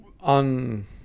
on